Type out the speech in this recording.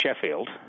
Sheffield